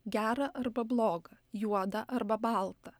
gera arba bloga juoda arba balta